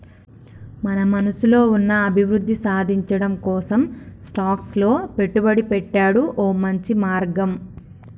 మన మనసులో ఉన్న అభివృద్ధి సాధించటం కోసం స్టాక్స్ లో పెట్టుబడి పెట్టాడు ఓ మంచి మార్గం